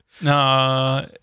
No